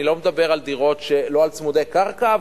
אני לא מדבר לא על צמודי קרקע,